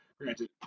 Granted